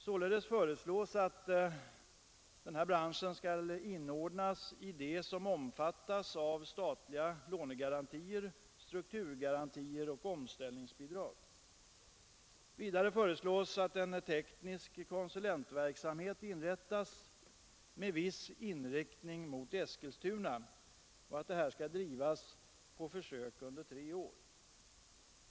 Sålunda föreslås att delar av manufakturindustrin skall inordnas bland de branscher som omfattas av statliga lånegarantier, strukturgarantier och omställningsbidrag. Vidare föreslås att en teknisk konsulentverksamhet inrättas med viss inriktning mot Eskilstuna och att verksamheten skall Nr 83 drivas på försök under tre år.